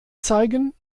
zeigen